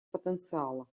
потенциала